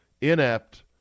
inept